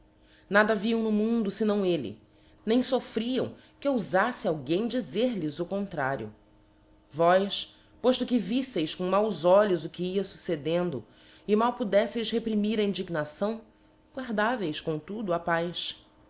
nada viam no mundo fenão elle nem foffriam que oufaffe alguém dizer-lhes o contrario vós pofto que viffeis com maus olhos o que ia fuccedendo e mal podeffeis reprimir a indignação guardáveis comtudo a paz